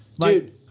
dude